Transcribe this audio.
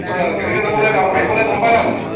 আচ্ছা কেনেকে যাব লাগে আহিব লাগে গম পাই নে আপুনি